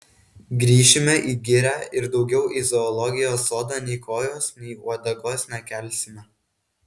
grįšime į girią ir daugiau į zoologijos sodą nei kojos nei uodegos nekelsime